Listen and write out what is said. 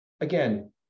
again